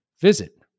Visit